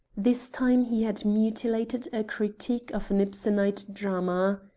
this time he had mutilated a critique of an ibsensite drama.